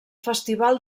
festival